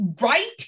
right